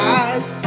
eyes